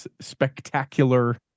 spectacular